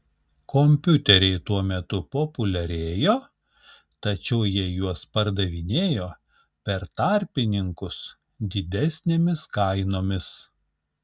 kompiuteriai tuo metu populiarėjo tačiau jie juos pardavinėjo per tarpininkus didesnėmis kainomis